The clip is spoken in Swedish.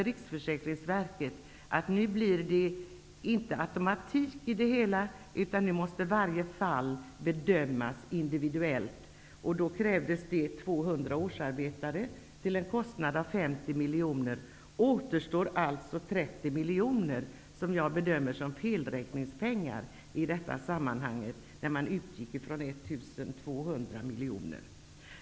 Riksförsäkringsverket konstaterade att det inte blir en automatik i det hela, utan varje fall måste bedömas individuellt. Då krävs det 200 årsarbetare, till en kostnad av 50 miljoner. Det återstår alltså 30 miljoner, som jag bedömer vara felräkningspengar i detta sammanhang -- man utgick ju från 1 200 miljoner.